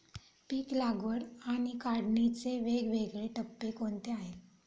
पीक लागवड आणि काढणीचे वेगवेगळे टप्पे कोणते आहेत?